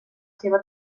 seva